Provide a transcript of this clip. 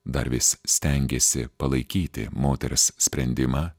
dar vis stengėsi palaikyti moters sprendimą